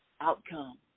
outcome